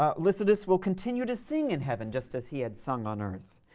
ah lycidas will continue to sing in heaven just as he had sung on earth,